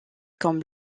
comme